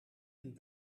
een